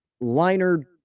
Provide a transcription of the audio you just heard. Liner